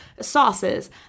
sauces